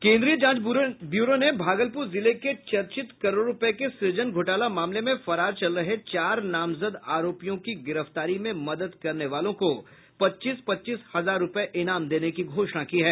केंद्रीय जांच ब्यूरो ने भागलपुर जिले के चर्चित करोड़ों रुपये के सृजन घोटाला मामले में फरार चल रहे चार नामजद आरोपियों की गिरफ्तारी में मदद करने वालों को पच्चीस पच्चीस हजार रुपये इनाम देने की घोषणा की है